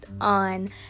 on